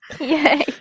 Yay